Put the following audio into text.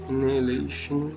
Inhalation